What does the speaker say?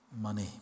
money